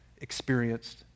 experienced